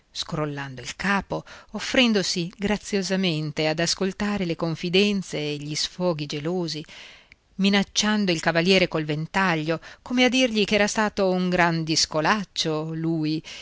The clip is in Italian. cose scrollando il capo offrendosi graziosamente ad ascoltare le confidenze e gli sfoghi gelosi minacciando il cavaliere col ventaglio come a dirgli ch'era stato un gran discolaccio lui